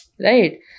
Right